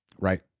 Right